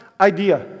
idea